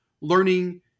learning